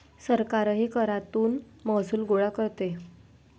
सरकारही करातून महसूल गोळा करते